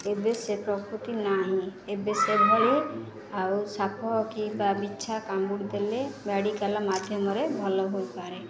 ଏବେ ସେ ପ୍ରକୃତି ନାହିଁ ଏବେ ସେଭଳି ଆଉ ସାପ କି ବା ବିଛା କାମୁଡ଼ି ଦେେଲେ ମେଡ଼ିକାଲ୍ ମାଧ୍ୟମରେ ଭଲ ହୋଇପାରେ